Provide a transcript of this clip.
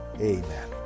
Amen